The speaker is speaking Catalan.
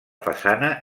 façana